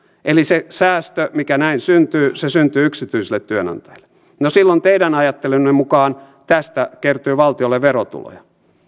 eli se säästö mikä näin syntyy syntyy yksityiselle työnantajalle silloin teidän ajattelunne mukaan tästä kertyy valtiolle verotuloja